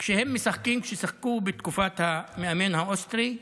כשהם משחקים, כששיחקו בתקופת המאמן האוסטרי,